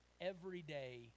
everyday